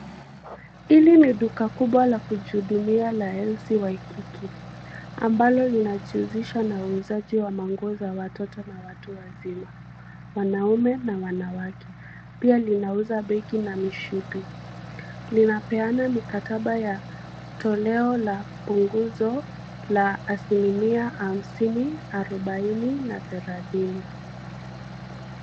Hili ni duka kubwa la kujihudumia la LC Waikiki ambalo linajihusisha na uuzaji wa manguo za watoto na watu wazima, wanaume na wanawake. Pia linauza begi na mishipi. Linapeana mikataba ya toleo la punguzo la asilimia hamsini, arobaini na thelathini.